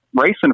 racing